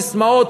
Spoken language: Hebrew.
ססמאות,